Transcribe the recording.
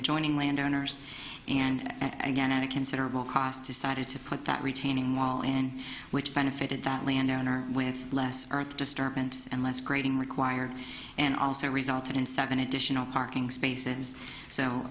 adjoining landowners and again at a considerable cost decided to put that retaining wall in which benefited the landowner with less earth disturbance and less grading required and also resulted in seven additional parking spaces so